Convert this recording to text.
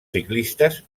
ciclistes